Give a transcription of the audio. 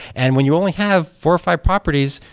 and when you only have four or five properties,